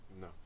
No